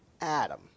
Adam